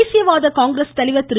தேசியவாத காங்கிரஸ் தலைவர் திரு